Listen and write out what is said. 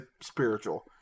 spiritual